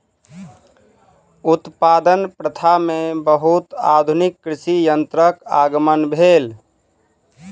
उत्पादन प्रथा में बहुत आधुनिक कृषि यंत्रक आगमन भेल